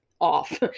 off